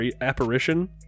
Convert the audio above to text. Apparition